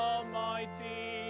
Almighty